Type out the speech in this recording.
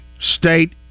state